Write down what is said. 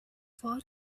far